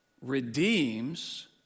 redeems